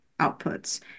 outputs